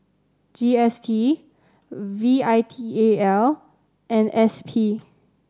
G S T V I T A L and S P